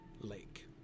lake